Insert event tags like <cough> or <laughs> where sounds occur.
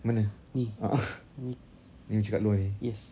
mana a'ah <laughs> ni macam dekat luar ni